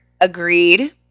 agreed